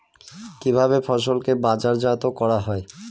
কিভাবে ফসলকে বাজারজাত করা হয়?